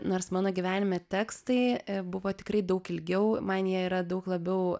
nors mano gyvenime tekstai buvo tikrai daug ilgiau man jie yra daug labiau